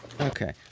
Okay